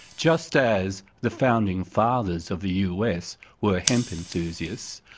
just as the founding fathers of the us were hemp enthusiasts,